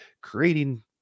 creating